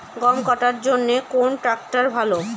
গম কাটার জন্যে কোন ট্র্যাক্টর ভালো?